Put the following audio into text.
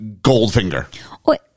Goldfinger